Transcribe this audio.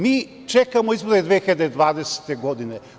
Mi čekamo izbore 2020. godine.